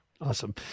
Awesome